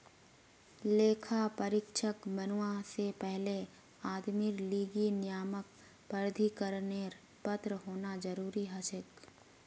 लेखा परीक्षक बनवा से पहले आदमीर लीगी नियामक प्राधिकरनेर पत्र होना जरूरी हछेक